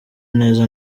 neza